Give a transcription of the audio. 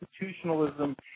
institutionalism